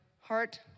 heart